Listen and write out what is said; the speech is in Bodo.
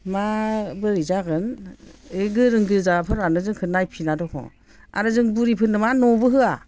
माबोरै जागोन ऐ गोरों गोजाफोरानो जोंखौ नायफिना दख' आरो जों बुरैफोरनो मा न'बो होआ